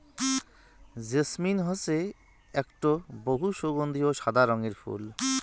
jasmine হসে আকটো বহু সগন্ধিও সাদা রঙের ফুল